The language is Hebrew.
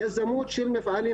יזמות של מפעלים,